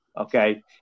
okay